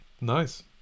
Nice